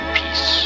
peace